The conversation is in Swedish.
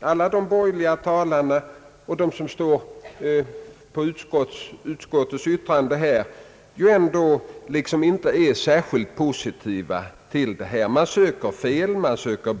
hos de borgerliga talarna och hos dem som ansluter sig till utskottets förslag kan inte sägas vara särskilt positiv. Man söker fel och brister.